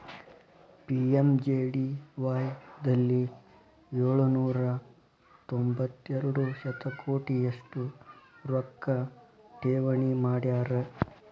PMJDY ದಲ್ಲಿ ಏಳು ನೂರ ತೊಂಬತ್ತೆರಡು ಶತಕೋಟಿ ಅಷ್ಟು ರೊಕ್ಕ ಠೇವಣಿ ಮಾಡ್ಯಾರ